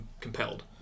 compelled